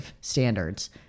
standards